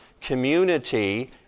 community